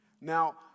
Now